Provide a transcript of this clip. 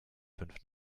fünf